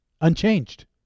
Unchanged